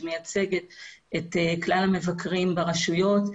שמייצגת את כלל המבקרים ברשויות.